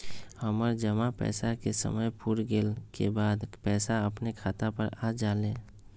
हमर जमा पैसा के समय पुर गेल के बाद पैसा अपने खाता पर आ जाले?